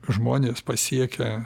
žmonės pasiekę